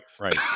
right